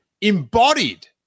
embodied